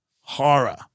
horror